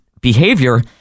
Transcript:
behavior